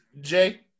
Jay